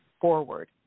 forward